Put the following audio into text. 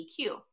EQ